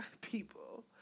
people